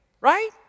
right